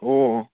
ꯑꯣ ꯑꯣ